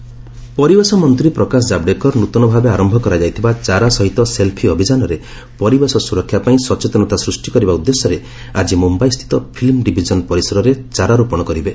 Javadekar environment ପରିବେଶ ମନ୍ତ୍ରୀ ପ୍ରକାଶ ଜାବ୍ଡେକର୍ ନୃତନ ଭାବେ ଆରମ୍ଭ କରାଯାଇଥିବା ଚାରା ସହିତ ସେଲ୍ଫି ଅଭିଯାନରେ ପରିବେଶ ସୁରକ୍ଷା ପାଇଁ ସଚେତନତା ସ୍ନୁଷ୍ଟି କରିବା ଉଦ୍ଦେଶ୍ୟରେ ଆଜି ମୁମ୍ବାଇସ୍ଥିତ ଫିଲ୍ମ ଡିଭିଜନ୍ ପରିସରରେ ଚାରାରୋପଣ କରିବେ